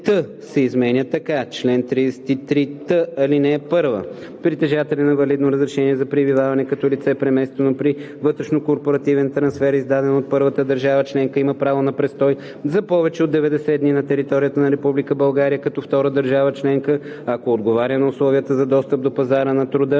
33т се изменя така: „Чл. 33т. (1) Притежателят на валидно разрешение за пребиваване като лице, преместено при вътрешнокорпоративен трансфер, издадено от първа държава членка, има право на престой за повече от 90 дни на територията на Република България като втора държава членка, ако отговаря на условията за достъп до пазара на труда